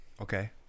Okay